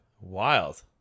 wild